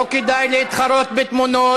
לא כדאי להתחרות בתמונות.